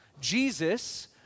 Jesus